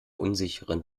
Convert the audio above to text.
unsicheren